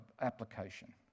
application